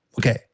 Okay